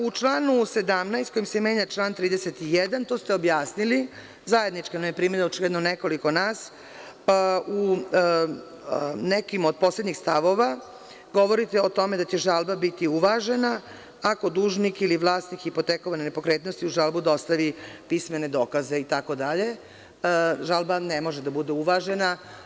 U članu 17. kojim se menja član 31. to ste objasnili, zajedničko, na primeru očigledno nekoliko nas, u nekim od poslednjih stavova govorite o tome da će žalba biti uvažena ako dužnik ili vlasnik hipotekovane nepokretnosti uz žalbu dostavi i pismene dokaze itd, žalba ne može da bude uvažena.